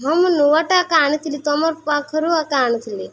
ହଁ ମୁଁ ନୂଆଟା ଆକା ଆଣିଥିଲି ତମର୍ ପାଖରୁ ଆକା ଆଣିଥିଲି